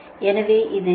எனவே இது 290